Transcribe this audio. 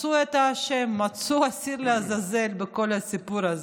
מצאו את האשם, מצאו שעיר לעזאזל בכל הסיפור הזה.